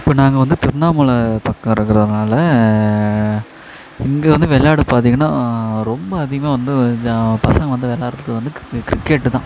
இப்போ நாங்கள் வந்து திருவண்ணாமலை பக்கம் இருக்கிறதுனால இங்கே வந்து விளாடு பார்த்தீங்கன்னா ரொம்ப அதிகமாக வந்து ஜா பசங்கள் வந்து விளையாடுறது வந்து கிரிக்கெட்டு தான்